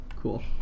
Cool